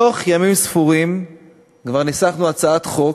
בתוך ימים ספורים כבר ניסחנו הצעת חוק.